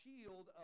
shield